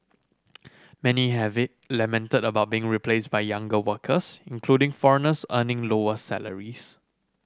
many have it lamented about being replaced by younger workers including foreigners earning lower salaries